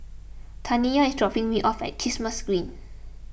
Taniya is dropping me off at Kismis Green